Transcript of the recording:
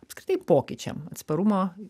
apskritai pokyčiam atsparumo